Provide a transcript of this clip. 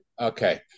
Okay